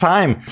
Time